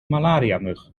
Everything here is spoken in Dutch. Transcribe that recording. malariamug